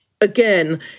again